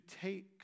take